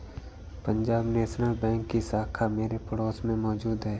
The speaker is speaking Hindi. पंजाब नेशनल बैंक की शाखा मेरे पड़ोस में मौजूद है